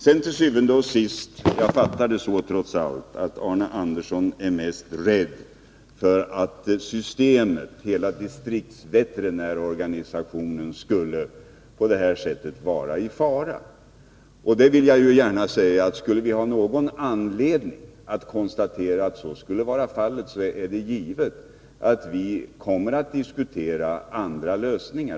Sedan fattade jag det ändå så, att Arne Andersson til syvende og sidst är mest rädd för att hela distriktsveterinärorganisationen på detta sätt skulle vara i fara. Men skulle vi ha någon anledning att konstatera att så är fallet, är det givet att vi kommer att diskutera andra lösningar.